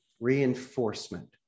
reinforcement